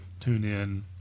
TuneIn